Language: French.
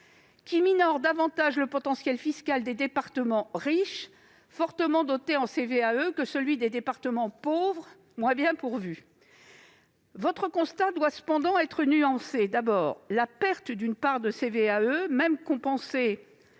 qui minore davantage le potentiel fiscal des départements riches, fortement dotés en CVAE, que celui des départements pauvres, moins bien pourvus. Ce constat doit être nuancé. En effet, la perte d'une part de CVAE, même compensée